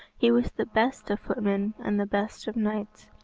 he was the best of footmen and the best of knights.